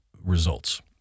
results